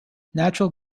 natural